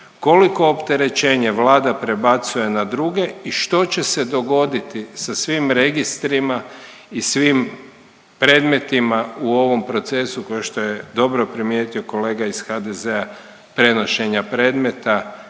koliko opterećenje Vlada prebacuje na druge i što će se dogoditi sa svim registrima i svim predmetima u ovom procesu kao što je dobro primijetio kolega iz HDZ-a, prenošenja predmeta